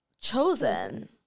chosen